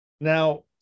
Now